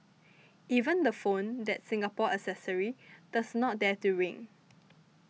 even the phone that Singapore accessory does not dare to ring